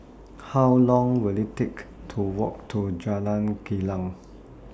How Long Will IT Take to Walk to Jalan Kilang